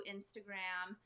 Instagram